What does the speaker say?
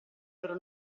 loro